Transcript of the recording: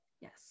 Yes